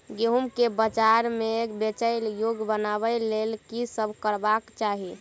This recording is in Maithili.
गेंहूँ केँ बजार मे बेचै योग्य बनाबय लेल की सब करबाक चाहि?